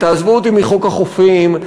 ותעזבו אותי מחוק החופים,